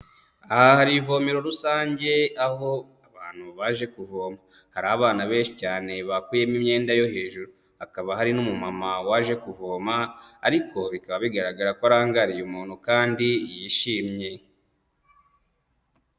Aha hari ivomero rusange, aho abantu baje kuvoma, hari abana benshi cyane bakuyemo imyenda yo hejuru, hakaba hari n'umumama waje kuvoma ariko bikaba bigaragara ko arangariye umuntu kandi yishimye.